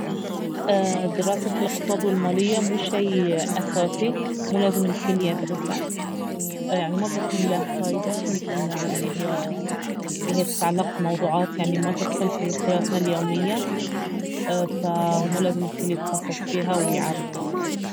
دراسة الاقتصاد والمالية مو شيء اساسي مو لازم الكل يدرسه يعني ما بيكون له فايدة لانه يعني اهي- اهي تتعلق بموضوعات يعني ما تدخل في حياتنا اليومية فمو لازم الكل يتخصص فيها ويعرفها